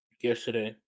yesterday